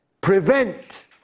prevent